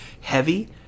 heavy